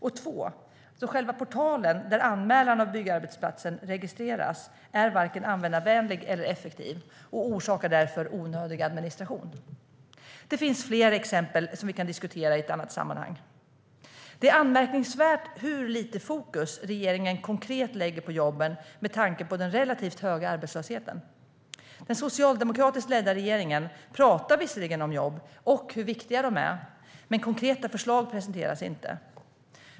För det andra är själva portalen där anmälan av byggarbetsplatsen registreras varken användarvänlig eller effektiv och orsakar därför onödig administration. Det finns fler exempel som vi kan diskutera i ett annat sammanhang. Det är anmärkningsvärt hur lite konkret fokus regeringen lägger på jobben med tanke på den relativt höga arbetslösheten. Den socialdemokratiskt ledda regeringen pratar visserligen om jobb och hur viktiga de är, men konkreta förslag presenteras inte.